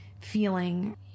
feeling